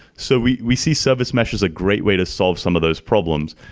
so we we see service mesh as a great way to solve some of those problems.